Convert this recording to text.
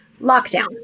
lockdown